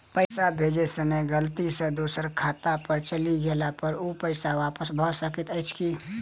पैसा भेजय समय गलती सँ दोसर खाता पर चलि गेला पर ओ पैसा वापस भऽ सकैत अछि की?